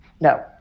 No